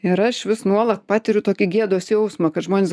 ir aš vis nuolat patiriu tokį gėdos jausmą kad žmonės